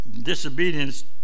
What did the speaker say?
disobedience